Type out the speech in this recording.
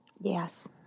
Yes